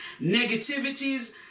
negativities